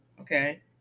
okay